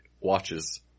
watches